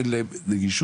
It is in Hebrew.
אין להם נגישות,